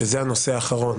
שזה הנושא האחרון